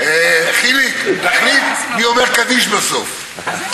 חיליק, תחליט מי אומר קדיש בסוף.